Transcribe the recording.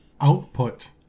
output